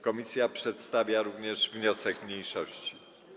Komisja przedstawia również wniosek mniejszości.